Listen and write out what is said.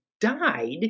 died